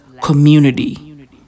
community